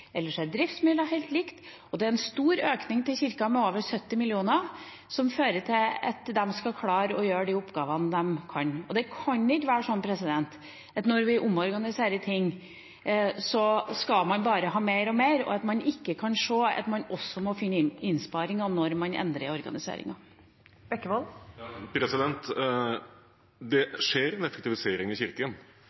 Ellers er det helt likt på driftsmidler, og det er en stor økning til Kirken – over 70 mill. kr – som fører til at de skal klare å gjøre de oppgavene de kan. Det kan ikke være sånn at når vi omorganiserer ting, så skal man bare ha mer og mer, og at man ikke kan se at man også må finne innsparinger når man endrer i organiseringen. Det skjer en effektivisering i Kirken,